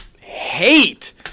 hate –